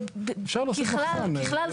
ככלל,